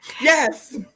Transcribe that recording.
Yes